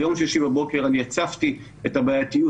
ביום שישי בבוקר אני הצפתי את הבעייתיות